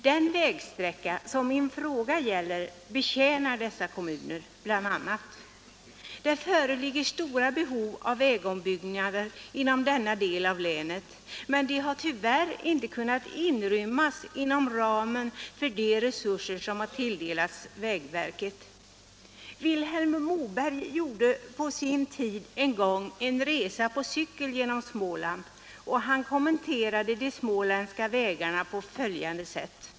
Den vägsträcka som min fråga gäller betjänar bl.a. dessa kommuner. Det föreligger stora behov av vägombyggnader inom denna del av länet, men de har tyvärr inte rymts inom ramen för de resurser som tilldelats vägverket. Vilhelm Moberg gjorde på sin tid en resa på cykel genom Småland, och han kommenterade de småländska vägarna på följande sätt.